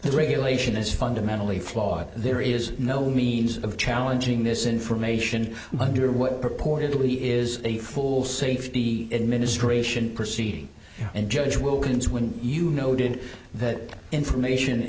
the regulation is fundamentally flawed there is no means of challenging this information under what purportedly is a full safety administration proceeding and judge wilkins when you know did that information